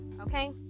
okay